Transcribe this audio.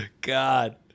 God